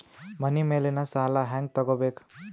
ಮನಿ ಮೇಲಿನ ಸಾಲ ಹ್ಯಾಂಗ್ ತಗೋಬೇಕು?